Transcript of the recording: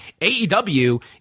AEW